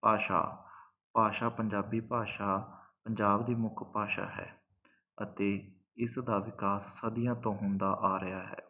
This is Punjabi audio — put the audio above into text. ਭਾਸ਼ਾ ਭਾਸ਼ਾ ਪੰਜਾਬੀ ਭਾਸ਼ਾ ਪੰਜਾਬ ਦੀ ਮੁੱਖ ਭਾਸ਼ਾ ਹੈ ਅਤੇ ਇਸਦਾ ਵਿਕਾਸ ਸਦੀਆਂ ਤੋਂ ਹੁੰਦਾ ਆ ਰਿਹਾ ਹੈ